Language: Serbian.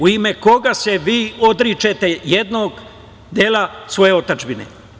U ime koga se vi odričete jednog dela svoje otadžbine?